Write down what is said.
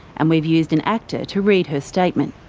and we've used an actor to read her statement.